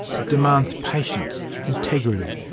it demands patience, integrity,